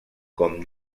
com